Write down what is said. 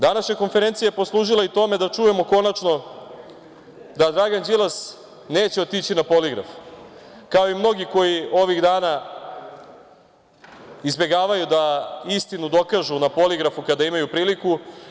Današnja konferencija je poslužila i tome da čujemo konačno da Dragan Đilas neće otići na poligraf, kao i mnogo koji ovih dana izbegavaju da istinu dokažu na poligrafu kada imaju priliku.